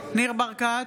ניר ברקת,